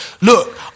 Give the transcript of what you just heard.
look